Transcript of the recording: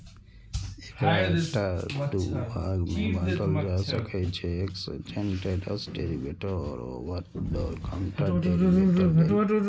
एकरा दू भाग मे बांटल जा सकै छै, एक्सचेंड ट्रेडेड डेरिवेटिव आ ओवर द काउंटर डेरेवेटिव लेल